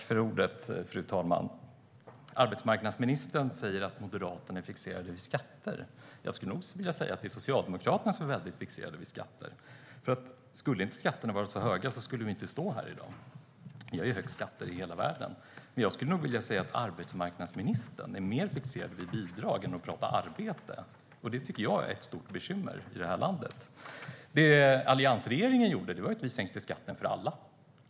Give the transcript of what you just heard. Fru talman! Arbetsmarknadsministern säger att Moderaterna är fixerade vid skatter. Jag skulle vilja säga att det Socialdemokraterna som är fixerade vid skatter, för skulle inte skatterna vara så höga skulle vi inte stå här i dag. Vi har högst skatter i hela världen. Jag tycker att arbetsmarknadsministern är mer fixerad vid bidrag än vid arbete. Det är ett stort bekymmer. Det alliansregeringen gjorde var att vi sänkte skatten för alla.